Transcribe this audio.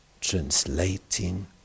translating